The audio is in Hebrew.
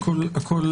הכול